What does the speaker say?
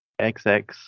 XX